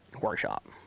workshop